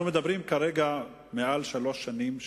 אנחנו מדברים כרגע על מעל שלוש שנים.